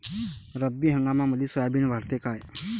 रब्बी हंगामामंदी सोयाबीन वाढते काय?